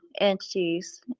entities